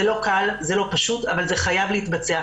זה לא קל, זה לא פשוט אבל זה חייב להתבצע.